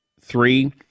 three